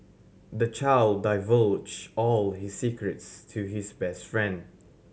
the child divulged all his secrets to his best friend